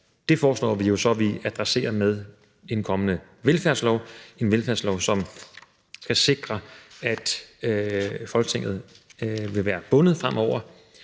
Det foreslår vi så at vi adresserer med en kommende velfærdslov – en velfærdslov, som skal sikre, at Folketinget, hvis der er